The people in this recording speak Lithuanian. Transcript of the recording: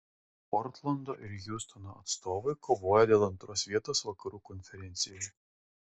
portlando ir hjustono atstovai kovoja dėl antros vietos vakarų konferencijoje